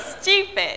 stupid